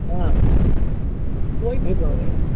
हाँ कोई भेदभाव नहीं